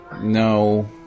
No